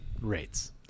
rates